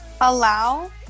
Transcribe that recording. allow